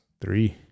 Three